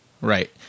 right